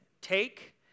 take